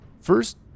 First